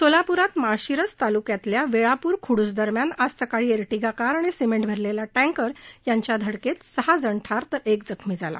सोलापूरात माळशिरस तालुक्यातल्या वेळापूर खुडूस दरम्यान आज सकाळी र्तींगा कार आणि सिमेंट भरलेला टँकर यांच्या धडकेत सहाजण ठार तर क्रि जखमी झाला